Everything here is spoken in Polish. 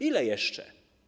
Ile jeszcze?